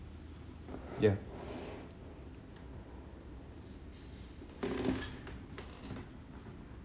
ya